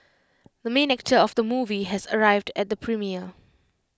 the main actor of the movie has arrived at the premiere